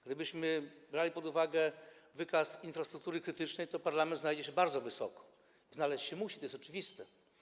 Gdybyśmy brali pod uwagę wykaz infrastruktury krytycznej, to parlament znajdzie się bardzo wysoko, bo znaleźć się musi, to jest oczywiste.